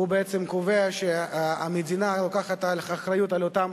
בעצם קובע שהמדינה לוקחת אחריות לאותם